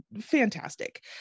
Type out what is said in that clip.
fantastic